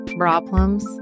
problems